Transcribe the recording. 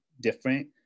different